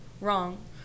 Wrong